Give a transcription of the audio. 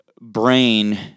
brain